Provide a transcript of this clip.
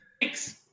Thanks